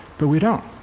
but we don't.